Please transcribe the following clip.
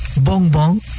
Bong-bong